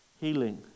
Healing